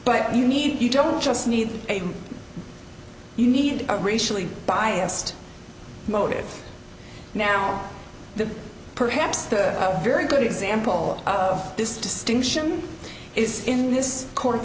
but you need you don't just need a you need a racially biased motive now the perhaps a very good example of this distinction is in this court